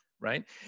right